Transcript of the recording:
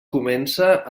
comença